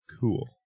Cool